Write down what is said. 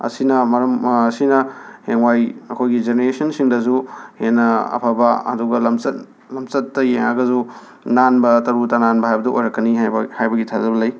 ꯑꯁꯤꯅ ꯃꯔꯝ ꯁꯤꯅ ꯍꯌꯦꯡꯋꯥꯏ ꯑꯩꯈꯣꯏꯒꯤ ꯖꯦꯅꯦꯔꯦꯁꯟꯁꯤꯡꯗꯁꯨ ꯍꯦꯟꯅ ꯑꯐꯕ ꯑꯗꯨꯒ ꯂꯝꯆꯠ ꯂꯝꯆꯠꯇ ꯌꯦꯡꯉꯒꯁꯨ ꯅꯥꯟꯕ ꯇꯔꯨ ꯇꯅꯥꯟꯕ ꯍꯥꯏꯕꯗꯨ ꯑꯣꯏꯔꯛꯀꯅꯤ ꯍꯥꯏꯕ ꯍꯥꯏꯕꯒꯤ ꯊꯥꯖꯕ ꯂꯩ